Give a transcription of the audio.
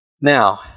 Now